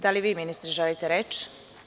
Da li vi ministre želite reč?